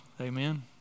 Amen